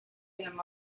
him